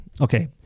okay